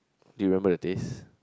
do you remember the taste